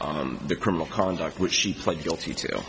the criminal conduct which she pled guilty to